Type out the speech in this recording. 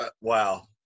Wow